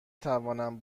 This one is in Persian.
توانم